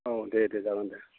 औ दे दे जागोन दे